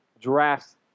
drafts